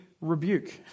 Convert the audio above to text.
rebuke